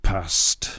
Past